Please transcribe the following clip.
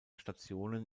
stationen